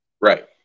Right